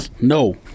No